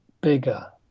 bigger